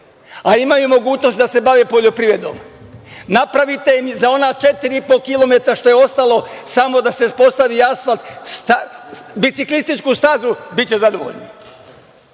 a imaju mogućnosti da se bave poljoprivredom. Napravite im za ona 4,5 kilometara, što je ostalo samo da se postavi asfalt, biciklističku stazu, biće zadovoljni. Gospođo